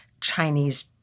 Chinese